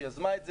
שיזמה את זה,